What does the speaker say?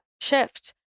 shift